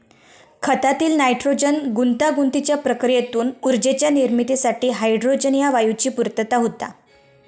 खतातील नायट्रोजन गुंतागुंतीच्या प्रक्रियेतून ऊर्जेच्या निर्मितीसाठी हायड्रोजन ह्या वायूची पूर्तता होता